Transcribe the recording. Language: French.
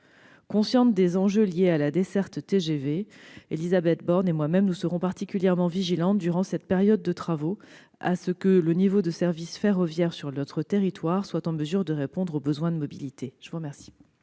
Conscientes des enjeux liés aux dessertes TGV, Élisabeth Borne et moi-même serons particulièrement vigilantes, durant cette période de travaux, à ce que le niveau de service ferroviaire sur votre territoire soit en mesure de répondre aux besoins de mobilité. La parole